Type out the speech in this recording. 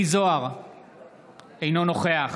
אינו נוכח